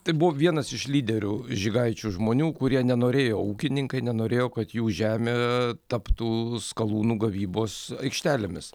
tai buvo vienas iš lyderių žygaičių žmonių kurie nenorėjo ūkininkai nenorėjo kad jų žemė taptų skalūnų gavybos aikštelėmis